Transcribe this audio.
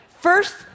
First